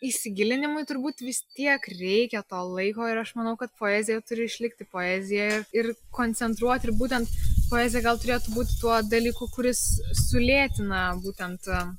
įsigilinimui turbūt vis tiek reikia to laiko ir aš manau kad poezija turi išlikti poezija ir koncentruoti ir būtent poezija gal turėtų būti tuo dalyku kuris sulėtina būtent